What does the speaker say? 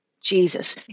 Jesus